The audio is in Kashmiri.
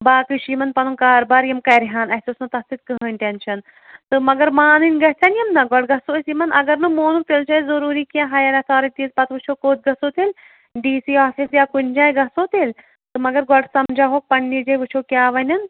باقٕے چھُ یِمَن پَنُن کاربار یِم کَرِہَن اَسہِ اوس نہٕ تَتھ سۭتۍ کٕہٕیٖنۍ ٹٮ۪نشَن تہٕ مگر مانٕنۍ گژھن یِم نا گۄڈٕ گژھو أسۍ یِمَن اگر نہٕ مونُک تیٚلہِ چھُ اَسہِ ضروٗری کیٚنٛہہ ہایَر ایتھارٹیٖز پَتہٕ وُچھو کوٚت گژھو تیٚلہِ ڈی سی آفِس یا کُنہِ جایہِ گژھو تیٚلہِ تہٕ مگر گۄڈٕ سَمجاوہوکھ پنٕنہِ جایہِ وُچھو کیٛاہ وَنَن